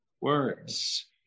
words